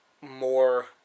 more